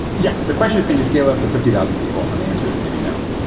yeah, the question is can you scale up to fifty thousand people? and the answer is maybe no.